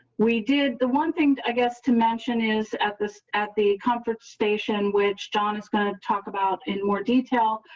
we did the one thing i guess to mention is at this at the conference station which john is going to talk about in more detail.